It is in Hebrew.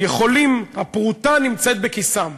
הפרוטה נמצאת בכיסם,